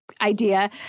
idea